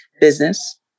business